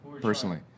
personally